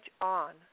on